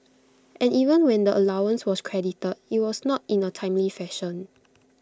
and even when the allowance was credited IT was not in A timely fashion